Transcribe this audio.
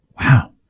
Wow